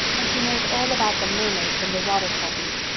and she knows all about the mermaids and the water kelpies.